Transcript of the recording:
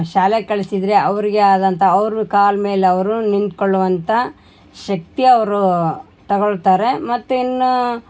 ಶಾಲೆಗೆ ಕಳಿಸಿದ್ರೆ ಅವ್ರಿಗೆ ಆದಂಥ ಅವ್ರ ಕಾಲ್ಮೇಲೆ ಅವರು ನಿಂತ್ಕೊಳ್ಳುವಂಥ ಶಕ್ತಿ ಅವರೂ ತಗೋಳ್ತಾರೆ ಮತ್ತು ಇನ್ನು